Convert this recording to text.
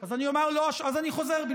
אז אני חוזר בי,